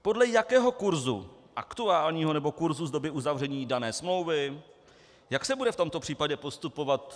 Podle jakého kurzu aktuálního nebo kurzu z doby uzavření dané smlouvy, jak se bude v tomto případě postupovat.